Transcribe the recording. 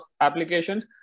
applications